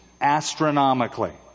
astronomically